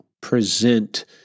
present